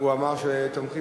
הוא אמר שתומכים.